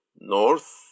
north